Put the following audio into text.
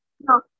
No